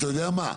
אתה יודע מה,